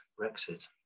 Brexit